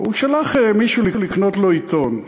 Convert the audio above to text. הוא שלח מישהו לקנות לו עיתון.